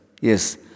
Yes